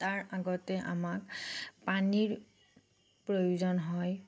তাৰ আগতে আমাক পানীৰ প্ৰয়োজন হয়